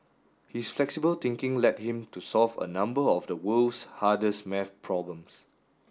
his flexible thinking led him to solve a number of the world's hardest maths problems